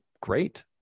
great